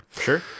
Sure